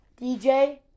DJ